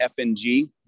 FNG